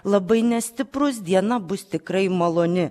labai nestiprus diena bus tikrai maloni